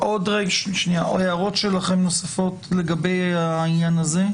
הערות נוספות שלכם לגבי העניין הזה.